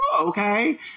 okay